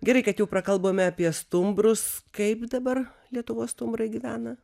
gerai kad jau prakalbome apie stumbrus kaip dabar lietuvos stumbrai gyvena